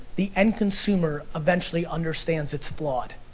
the end consumer eventually understands it's flawed.